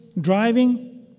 driving